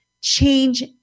change